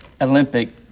Olympic